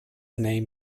name